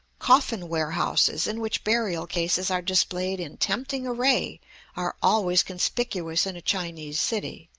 coffin warehouses in which burial cases are displayed in tempting array are always conspicuous in a chinese city.